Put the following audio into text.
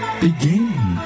begin